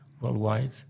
worldwide